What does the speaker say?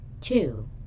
two